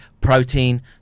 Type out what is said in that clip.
protein